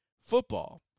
football